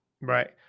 Right